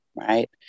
right